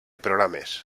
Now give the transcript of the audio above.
programes